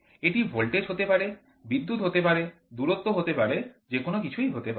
এটি ভোল্টেজ হতে পারে বিদ্যুৎ হতে পারে দূরত্ব হতে পারে যেকোনো কিছুই হতে পারে